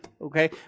Okay